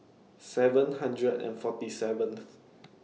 seven hundred and forty seventh